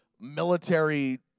military